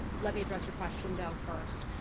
let me address your question, though, first.